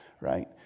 right